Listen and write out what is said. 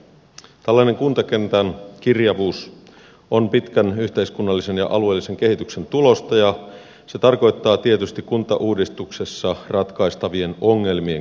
tällainen kuntakentän kirjavuus on pitkän yhteiskunnallisen ja alueellisen kehityksen tulosta ja se tarkoittaa tietysti kuntauudistuksessa ratkaistavien ongelmien kirjavuutta